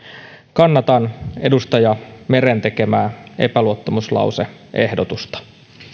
kannatan edustaja meren tekemää epäluottamuslause ehdotusta